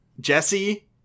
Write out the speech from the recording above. Jesse